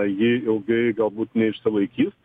ji ilgai galbūt neišsilaikys